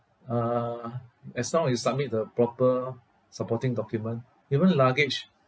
uh as long as you submit the proper supporting document even luggage